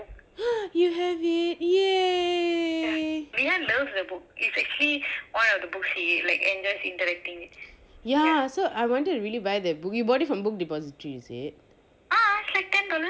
uh you have it !yay! so I wanted to really buy that book you bought it from book depository is it